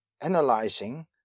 Analyzing